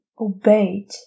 obeyed